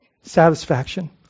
Satisfaction